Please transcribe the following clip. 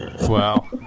wow